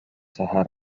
sahara